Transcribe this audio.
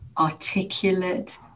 articulate